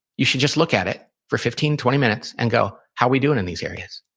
you should just look at it for fifteen twenty minutes and go, how we doing in these areas?